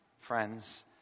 friends